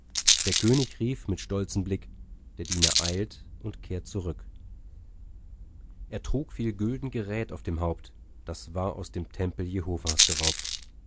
der könig rief mit stolzem blick der diener eilt und kehrt zurück er trug viel gülden gerät auf dem haupt das war aus dem tempel jehovas geraubt